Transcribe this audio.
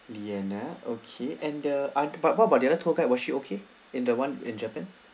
liana okay and the ah but what about the other tour guide was she okay in the one in japan